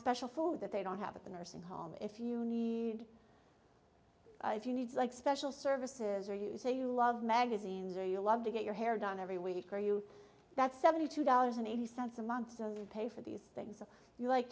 special food that they don't have at the nursing home if you need if you need like special services or you say you love magazines or you love to get your hair done every week or you that's seventy two dollars and eighty cents a month so they pay for these things if you like